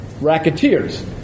racketeers